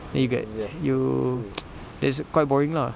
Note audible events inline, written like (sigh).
then you get you (noise) that is quite boring lah